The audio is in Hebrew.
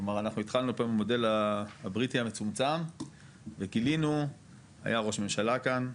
כלומר אנחנו התחלנו במודל הבריטי המצומצם והיה ראש ממשלה כאן,